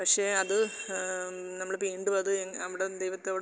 പക്ഷെ അത് നമ്മൾ വീണ്ടും അത് നമ്മുടെ ദൈവത്തോട്